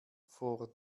vor